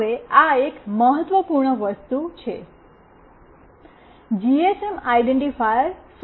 હવે આ એક મહત્વપૂર્ણ વસ્તુ છે કે જીએસએમ આઇડેન્ટિફાઇઅર શું છે